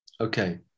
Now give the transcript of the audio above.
Okay